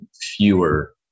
fewer